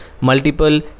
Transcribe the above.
multiple